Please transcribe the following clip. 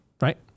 right